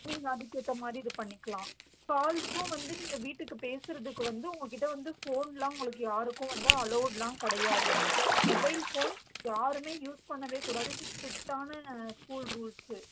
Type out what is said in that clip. நீங்கள் அதுக்கேத்தமாதிரி இது பண்ணிக்கலாம் கால்ஸ்சும் வந்து நீங்கள் வீட்டுக்குப் பேசுறதுக்கு வந்த உங்கள்கிட்ட வந்து ஃபோன்லாம் உங்களுக்கு யாருக்கும் வந்து அலோடுலாம் கிடையாது மொபைல் ஃபோன் யாருமே யூஸ் பண்ணவே கூடாது இது ஸ்ட்ரிட்டான ஸ்கூல் ரூல்ஸ்சு